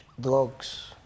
drugs